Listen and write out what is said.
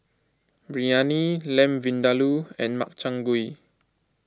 Biryani Lamb Vindaloo and Makchang Gui